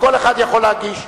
וכל אחד יכול להגיש.